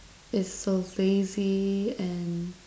it's so lazy and